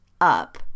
up